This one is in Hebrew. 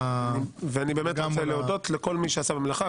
אני באמת רוצה להודות לכל מי שעשה במלאכה,